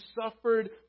suffered